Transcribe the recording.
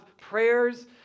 prayers